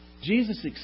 Jesus